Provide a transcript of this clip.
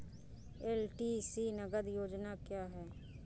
LTC नगद योजना क्या है?